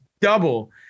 double